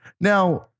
Now